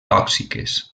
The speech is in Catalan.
tòxiques